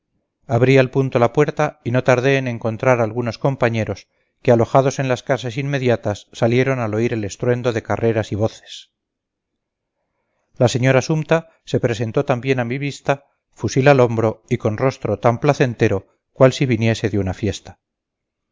abrí al punto la puerta y no tardé en encontrar algunos compañeros que alojados en las casas inmediatas salieron al oír el estruendo de carreras y voces la señora sumta se presentó también a mi vista fusil al hombro y con rostro tan placentero cual si viniese de una fiesta